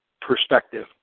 perspective